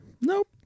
Nope